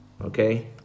Okay